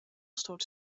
stoot